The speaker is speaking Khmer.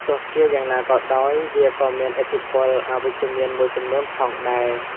ទោះជាយ៉ាងណាក៏ដោយ វាក៏មានឥទ្ធិពលអវិជ្ជមានមួយចំនួនផងដែរ។